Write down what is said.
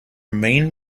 main